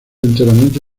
enteramente